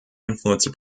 influenced